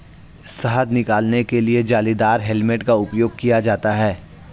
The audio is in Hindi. शहद निकालने के लिए जालीदार हेलमेट का उपयोग किया जाता है